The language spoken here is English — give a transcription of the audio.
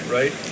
Right